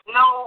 no